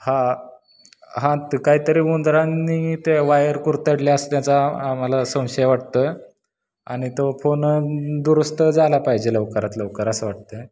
हा हा ते काहीतरी उंदरांनी ते वायर कुरतडले असं त्याचा आम्हाला संशय वाटत आहे आणि तो फोन दुरुस्त झाला पाहिजे लवकरात लवकर असं वाटत आहे